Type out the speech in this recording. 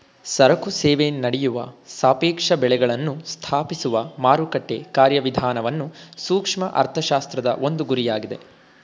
ಸರಕು ಸೇವೆ ನಡೆಯುವ ಸಾಪೇಕ್ಷ ಬೆಳೆಗಳನ್ನು ಸ್ಥಾಪಿಸುವ ಮಾರುಕಟ್ಟೆ ಕಾರ್ಯವಿಧಾನವನ್ನು ಸೂಕ್ಷ್ಮ ಅರ್ಥಶಾಸ್ತ್ರದ ಒಂದು ಗುರಿಯಾಗಿದೆ